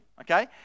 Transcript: Okay